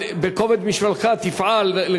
בכובד משקלך תפעל על